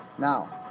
now,